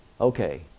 okay